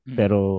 pero